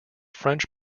french